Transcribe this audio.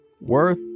worth